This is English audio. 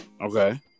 Okay